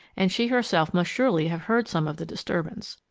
and she herself must surely have heard some of the disturbance.